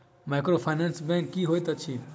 Microfinance bank की होइत अछि?